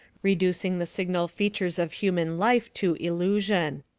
reducing the signal features of human life to illusion.